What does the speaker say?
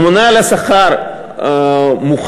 הממונה על השכר מוכן,